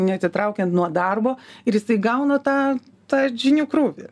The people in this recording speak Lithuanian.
neatitraukiant nuo darbo ir jisai gauna tą tą žinių krūvį